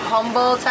Humble